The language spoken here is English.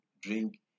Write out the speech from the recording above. drink